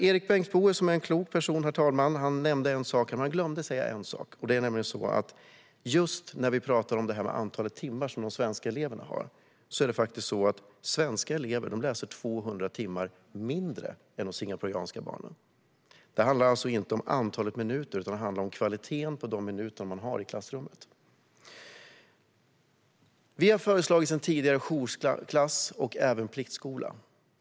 Erik Bengtzboe, som är en klok person, nämnde en sak men glömde att säga en annan sak. Det är nämligen så att de svenska eleverna har 200 fler timmar i skolan än barnen i Singapore. Det handlar alltså inte om antalet timmar, utan det handlar om kvaliteten på de timmar som man har i klassrummet. Vi har sedan tidigare föreslagit jourklasser och även pliktskola.